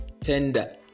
tender